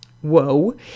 Whoa